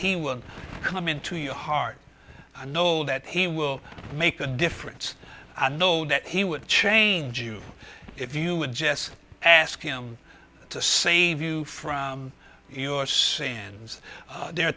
he will come into your heart i know that he will make a difference i know that he would change you if you would just ask him to save you from your sandals there are